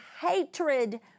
hatred